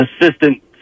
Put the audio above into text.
assistant